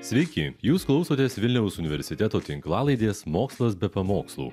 sveiki jūs klausotės vilniaus universiteto tinklalaidės mokslas be pamokslų